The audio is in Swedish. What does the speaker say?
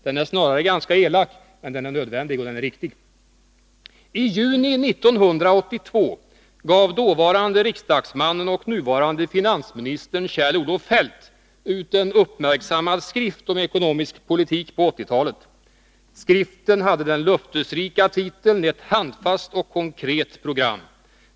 Den är snarare ganska elak, men den är nödvändig, och den är riktig. I juni 1982 gav dåvarande riksdagsmannen och nuvarande finansministern Kjell-Olof Feldt ut en uppmärksammad skrift om ekonomisk politik på 1980-talet. Skriften hade den löftesrika titeln Ett handfast och konkret program.